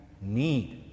need